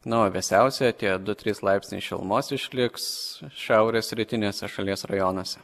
na o vėsiausi tie du trys laipsniai šilumos išliks šiaurės rytiniuose šalies rajonuose